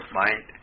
mind